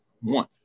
one